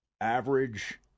average